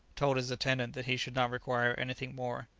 told his attendant that he should not require anything more.